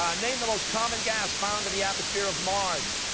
um name the most common gas found in the atmosphere of mars.